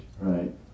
Right